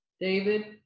David